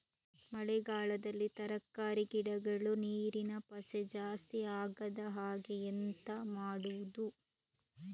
ಮಳೆಗಾಲದಲ್ಲಿ ತರಕಾರಿ ಗಿಡಗಳು ನೀರಿನ ಪಸೆ ಜಾಸ್ತಿ ಆಗದಹಾಗೆ ಎಂತ ಮಾಡುದು?